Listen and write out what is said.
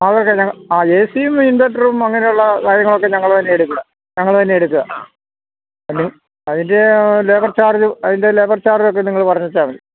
അതൊക്കെ ഞങ്ങള് ആ എ സിയും ഇൻവെർട്ടറും അങ്ങനെയുള്ള കാര്യങ്ങളൊക്കെ ഞങ്ങള് തന്നെ എടുക്കുകയാണ് അതിൻ്റെ ലേബർ ചാർജ് ഒക്കെ നിങ്ങള് പറഞ്ഞേച്ചാല് മതി